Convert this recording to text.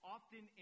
Often